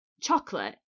chocolate